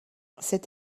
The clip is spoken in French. cette